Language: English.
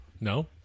no